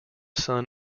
son